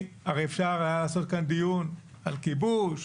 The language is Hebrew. הרי אפשר היה לעשות כאן דיון על כיבוש,